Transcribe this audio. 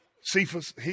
Cephas